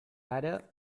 ara